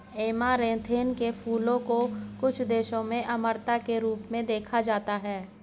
amaranth के फूलों को कुछ देशों में अमरता के रूप में देखा जाता है